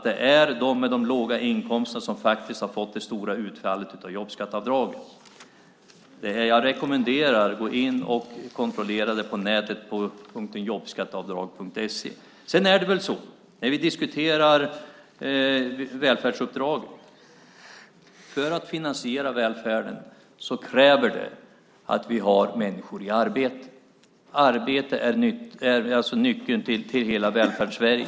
Det är de med de låga inkomsterna som har fått det stora utfallet av jobbskatteavdraget. Jag rekommenderar er att gå in och kontrollera det på nätet under jobbskatteavdrag.se. Vi diskuterar välfärdsuppdraget. För att finansiera välfärden krävs det att vi har människor i arbete. Arbete är nyckeln till hela Välfärdssverige.